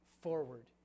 forward